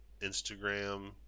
Instagram